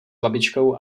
babičkou